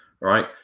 right